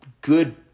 good